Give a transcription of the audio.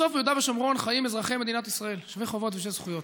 בסוף ביהודה ושומרון חיים אזרחי מדינת ישראל שווי חובות ושווי זכויות,